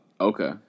Okay